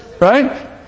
right